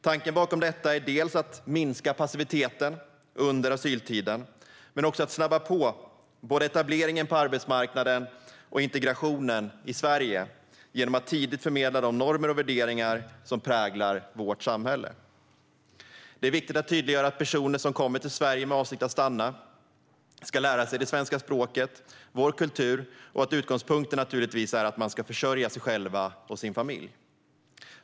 Tanken bakom detta är dels att minska passiviteten under asyltiden, dels att snabba på etableringen på arbetsmarknaden och integrationen i Sverige genom att tidigt förmedla de normer och värderingar som präglar vårt samhälle. Det är viktigt att tydliggöra att personer som kommer till Sverige med avsikt att stanna ska lära sig det svenska språket och vår kultur och att utgångspunkten naturligtvis är att de ska försörja sig själva och sin familj.